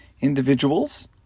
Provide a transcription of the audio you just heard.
individuals